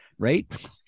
right